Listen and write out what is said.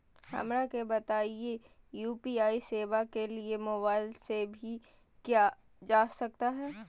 हमरा के बताइए यू.पी.आई सेवा के लिए मोबाइल से भी किया जा सकता है?